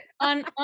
on